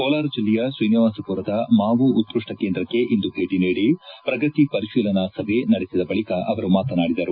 ಕೋಲಾರ ಜಿಲ್ಲೆಯ ಶ್ರೀನಿವಾಸಪುರದ ಮಾವು ಉತ್ಕಷ್ಟ ಕೇಂದ್ರಕ್ಕೆ ಇಂದು ಭೇಟಿ ನೀಡಿ ಪ್ರಗತಿ ಪರಿಶೀಲನಾ ಸಭೆ ನಡೆಸಿದ ಬಳಿಕ ಅವರು ಮಾತನಾಡಿದರು